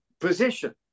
position